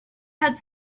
had